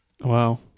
Wow